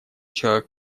человек